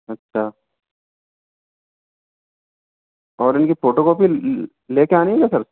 अच्छा और इनकी फ़ोटोकॉपी लेके आनी है क्या सर